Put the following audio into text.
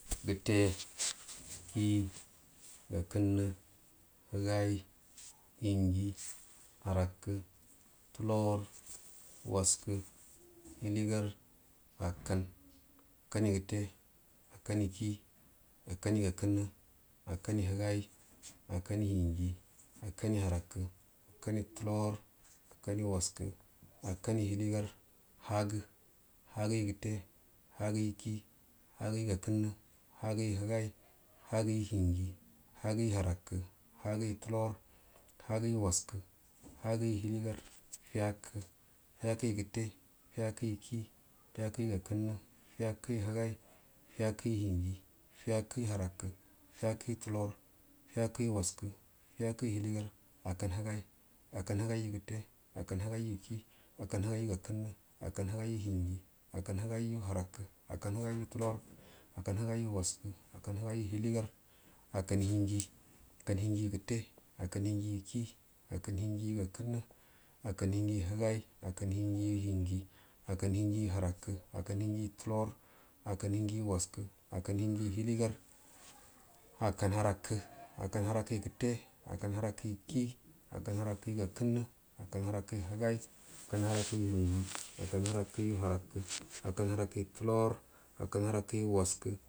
Gətte kii gakəuna həgai hinji arakə tulorə waska hiligaə akkan akkauyu gətte akkauyu kii akkaunyu gakəunə akkanyu higca akkaugu hinji akkange aratə akkangu tulor akkanyu waska akkayu hiligar hagə hagəyu gute hagəyu kii hagəyu gakənnə hagəyu higai hagəyu hilyi hagəgu arakə hagəgu tulor hagəyu wastə hagəyu hiligarə fiyakəyu gətte fikəyu kiu fiyakəyu gokənnu fiyakəyu higem fkəyu hinji fiyakyu arakə fiyakəyu tu lor fiyakəyu waskə fiyakəyu hiligar akkanhiga affkanhigaiyu gətte akkanhigai yu kii akkanligaiyu gakənnə akkanhigayu higai akkaahigaiyu hinji akkan higaiyu arakə akkanligaiyu tulor akkanhigaiyu waskə akkanlogaiyu hir ligar akkan hinji akkanhinjiyu gətte akkan hinjiyu kii akkan mujiyu gakənnə akkan hijigu higai akkanhijigu hinji akkan hiyiyu arakə akkan hinjiyu tulor akkanhinjiyu waskə akkanhinjiyu hiligarakkau arakə akkan ara kəyu gətte akkan arakiyu kai akkan arakəyu kai akkan arakəyu gakənnə akkan arakəyu higai akkan arakəyu hiji akan arakəyu arakə akkan arakyu tulor akkan arakəyu waskə.